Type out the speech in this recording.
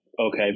okay